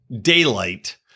daylight